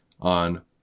on